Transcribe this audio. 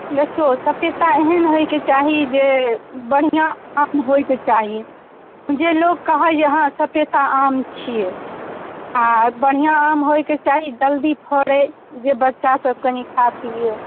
देखियौ सपेता एहन होइके चाही जे बढ़िआँ होइके चाही जे लोक कहै हँ सपेता आम छियै आ बढ़िआँ आम होइके चाही जल्दी फड़य जे बच्चासभ कनि खाय पियए